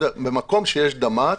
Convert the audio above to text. במקום שיש דמ"ץ,